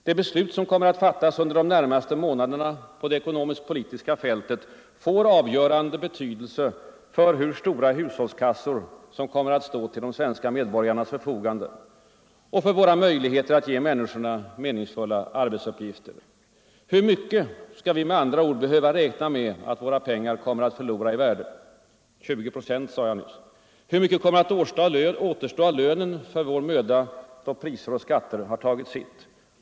De beslut som kommer att fattas under de närmaste månaderna på det ekonomisk-politiska fältet får avgörande betydelse för hur stora hushållskassor som kommer att stå till de svenska medborgarnas förfogande och för våra möjligheter att ge människorna meningsfulla arbetsuppgifter. Hur mycket skall vi med andra ord behöva räkna med att våra pengar kommer att förlora i värde? 20 procent sade jag nyss. Hur mycket kommer att återstå av lönen för vår möda, då priser och skatter tagit sitt?